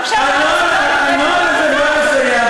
הנוהל הזה בא לסייע.